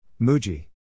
Muji